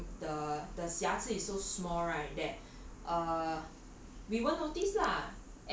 um so small the the the the 瑕疵 is so small right that err